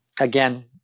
again